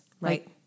Right